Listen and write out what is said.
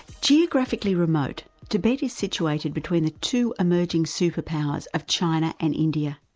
geographically remote, tibet is situated between the two emerging superpowers of china and india.